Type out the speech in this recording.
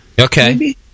Okay